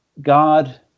God